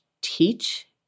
teach